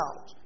out